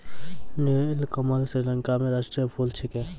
नीलकमल श्रीलंका रो राष्ट्रीय फूल छिकै